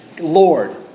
Lord